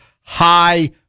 high